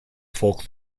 folk